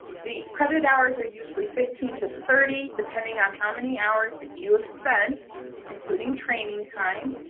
the credit hours are usually fifteen to thirty, depending on how many hours that you have spent including training time.